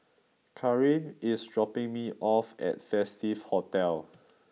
Karim is dropping me off at Festive Hotel